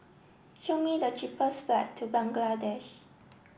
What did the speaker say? show me the cheapest flight to Bangladesh